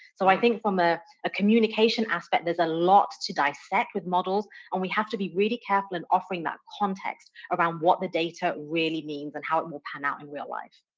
so, i think from ah a communication aspect there's a lot to dissect with models, and we have to be really careful and offering that context around what the data really means, and how it will pan out in real life.